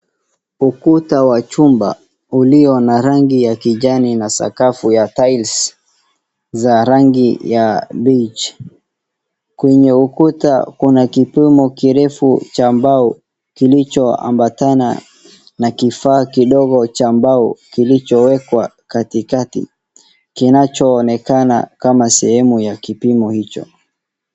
Ukuta wa chumba ulio na rangi ya kijani na sakafu ya tiles za rangi ya beige , kwenye ukuta kuna kipimo kirefu cha mbao, kilicho ambatana na kifaa kidogo cha mbao kilichowekwa katikati, kinachoonekana kama sehemu ya kipimo hicho.